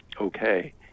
okay